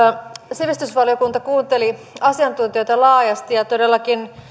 sivistysvaliokunta kuunteli asiantuntijoita laajasti ja todellakin